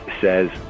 says